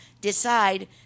decide